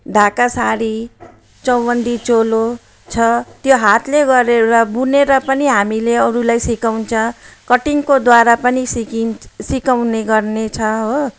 ढाका साडी चौबन्दी चोलो छ त्यो हातले गरेर बुनेर पनि हामीले अरूलाई सिकाउँछ कटिङको द्वारा पनि सिकिन सिकाउने गर्नेछ हो